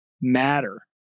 matter